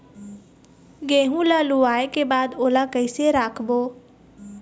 गेहूं ला लुवाऐ के बाद ओला कइसे राखबो?